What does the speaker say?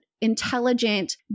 intelligent